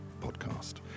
Podcast